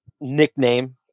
nickname